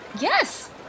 yes